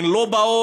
הן לא באות